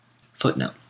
Footnote